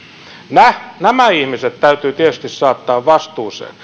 nämä nämä ihmiset täytyy tietysti saattaa vastuuseen